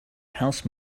house